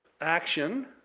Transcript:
action